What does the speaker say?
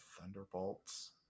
Thunderbolts